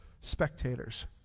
spectators